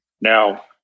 Now